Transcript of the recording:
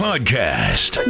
Podcast